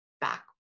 back